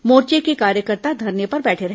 मोर्चें के कार्यकर्ता धरने पर बैठे रहे